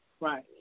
Right